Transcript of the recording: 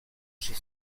chez